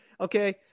okay